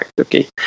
okay